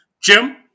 jim